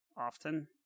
often